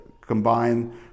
combine